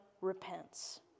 repents